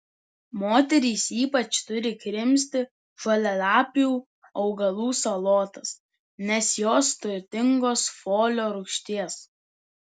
moterys ypač turi krimsti žalialapių augalų salotas nes jos turtingos folio rūgšties